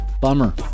Bummer